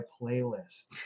playlist